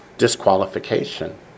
Disqualification